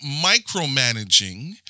micromanaging